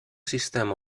sistema